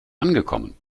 angekommen